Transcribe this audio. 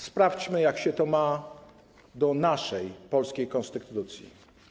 Sprawdźmy, jak się to ma do naszej, polskiej konstytucji.